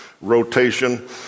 Rotation